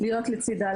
להיות לצידה,